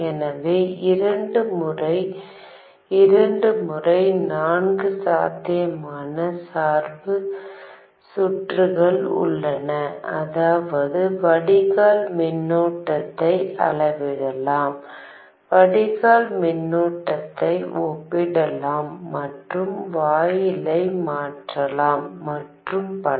எனவே இரண்டு முறை இரண்டு முறை நான்கு சாத்தியமான சார்பு சுற்றுகள் உள்ளன அதாவது வடிகால் மின்னோட்டத்தை அளவிடலாம் வடிகால் மின்னோட்டத்தை ஒப்பிடலாம் மற்றும் வாயிலை மாற்றலாம் மற்றும் பல